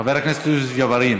חבר הכנסת יוסף ג'בארין.